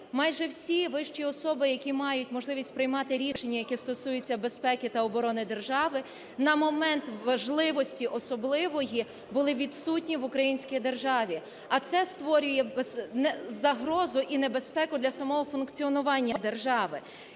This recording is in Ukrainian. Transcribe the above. майже всі вищі особи, які мають можливість приймати рішення, які стосуються безпеки та оборони держави, на момент важливості особливої були відсутні в українській державі, а це створює загрозу і небезпеку для самого функціонування держави.